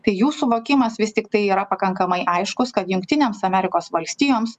tai jų suvokimas vis tiktai yra pakankamai aiškus kad jungtinėms amerikos valstijoms